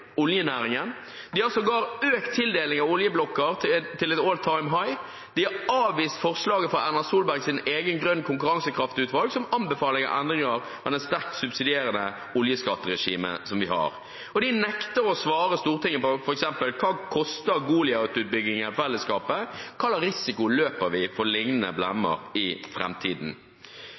oljenæringen. De har sågar økt tildelingen av oljeblokker til «all time high». De har avvist forslaget fra Erna Solbergs eget ekspertutvalg for grønn konkurransekraft som anbefaler endringer av det sterkt subsidierende oljeskatteregimet som vi har, og de nekter f.eks. å svare Stortinget på hva Goliat-utbyggingen koster fellesskapet. Hvilken risiko løper vi for liknende blemmer i